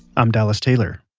i'm dallas taylor